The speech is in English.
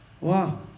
Wow